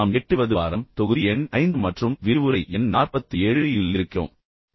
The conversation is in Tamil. நாம் 8 வது வாரம் தொகுதி எண் 5 மற்றும் விரிவுரை எண் 47 இல் இருக்கிறோம்